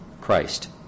Christ